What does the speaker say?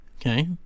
Okay